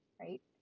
right